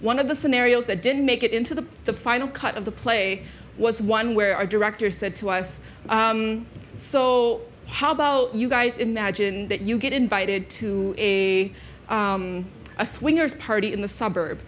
one of the scenarios that didn't make it into the the final cut of the play was one where our director said to us so how about you guys in that age and that you get invited to a a swingers party in the suburb